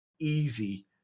Easy